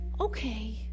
okay